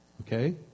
Okay